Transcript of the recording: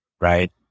right